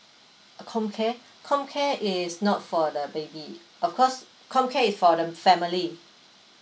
comcare comcare is not for the baby of course comcare is for the family